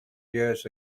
years